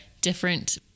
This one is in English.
different –